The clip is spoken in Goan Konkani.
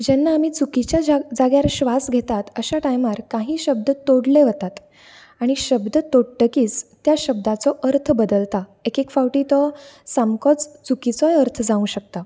जेन्ना आमी चुकीच्या जाग्यार श्वास घेतात अशा टायमार काही शब्द तोडले वतात आनी शब्द तोडटकीच त्या शब्दाचो अर्थ बदलता एक एक फावटी तो सामकोच चुकीचोय अर्थ जावंक शकता